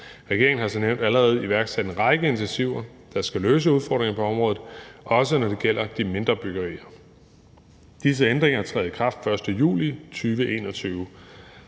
Regeringen har som nævnt allerede iværksat en række initiativer, der skal løse udfordringerne på området, også når det gælder de mindre byggerier. Disse ændringer træder i kraft den 1. juli 2021.